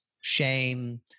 shame